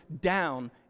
down